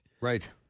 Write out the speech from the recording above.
Right